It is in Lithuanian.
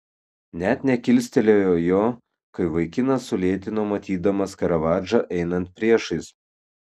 net nekilstelėjo jo kai vaikinas sulėtino matydamas karavadžą einant priešais